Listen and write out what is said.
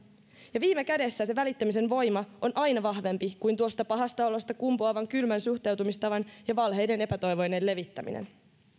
ja viime kädessä se välittämisen voima on aina vahvempi kuin tuosta pahasta olosta kumpuavan kylmän suhtautumistavan ja valheiden epätoivoinen levittäminen